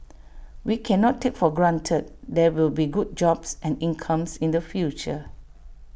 we cannot take for granted there will be good jobs and incomes in the future